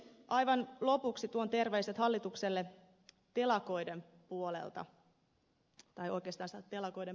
aivan lopuksi tuon terveiset hallitukselle telakoiden puolesta